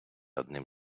одним